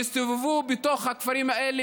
יסתובבו בתוך הכפרים האלה,